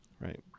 right